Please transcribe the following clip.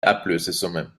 ablösesumme